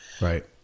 Right